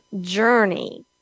journey